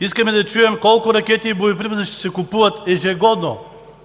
Искаме да чуем колко ракети и боеприпаси ще се купуват ежегодно